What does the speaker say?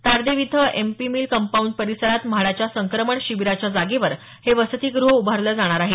ताडदेव इथं M P mill compound परिसरात म्हाडाच्या संक्रमण शिबिराच्या जागेवर हे वसतीगृह उभारलं जाणार आहे